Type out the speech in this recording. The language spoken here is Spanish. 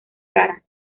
cara